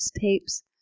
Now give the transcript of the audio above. tapes